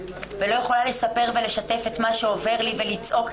ולא יכולה לספר ולשתף את מה שעובר לי ולצעוק,